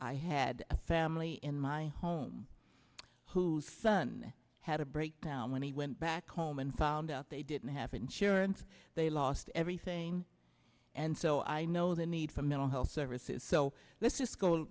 i had a family in my home whose son had a breakdown when he went back home and found out they didn't have insurance they lost everything and so i know the need for mental health services so